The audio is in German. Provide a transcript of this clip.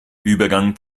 übergang